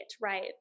right